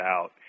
out